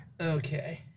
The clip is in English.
Okay